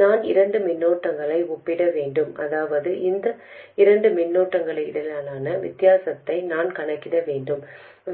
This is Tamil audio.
நாம் இரண்டு மின்னோட்டங்களை ஒப்பிட வேண்டும் அதாவது இந்த இரண்டு மின்னோட்டங்களுக்கிடையிலான வித்தியாசத்தை நான் கணக்கிட வேண்டும்